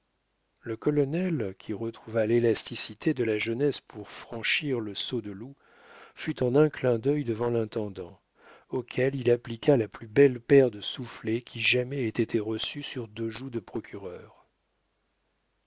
le colonel qui retrouva l'élasticité de la jeunesse pour franchir le saut de loup fut en un clin d'œil devant l'intendant auquel il appliqua la plus belle paire de soufflets qui jamais ait été reçue sur deux joues de procureur